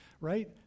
right